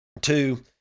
Two